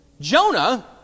Jonah